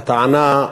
הטענה,